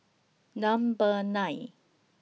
Number nine